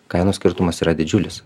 kainų skirtumas yra didžiulis